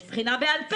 יש בחינה בעל-פה,